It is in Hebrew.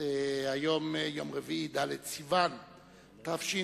היום יום רביעי, ד' בסיוון התשס"ט,